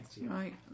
Right